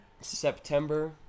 September